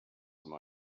some